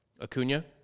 Acuna